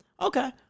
Okay